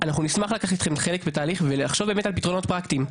אנחנו נשמח לקחת איתכם חלק מהתהליך ולחשוב באמת על פתרונות פרקטים.